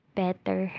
better